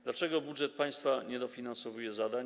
Dlaczego budżet państwa nie dofinansowuje zadań?